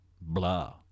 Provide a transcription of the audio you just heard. blah